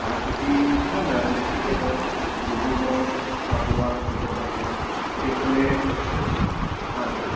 চাহ খেতি ভাল হয় আৰু বেছিকৈ হয় ডিব্ৰুগড় চাবুৱা শিৱসাগৰ এইফালে হয়